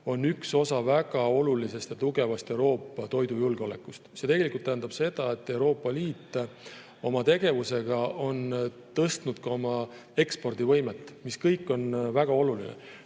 on üks osa väga olulisest ja tugevast Euroopa toidujulgeolekust. See tähendab seda, et Euroopa Liit oma tegevusega on tõstnud ka oma ekspordivõimet, mis on väga oluline.